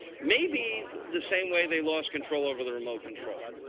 maybe the same way they lost control over the remote control.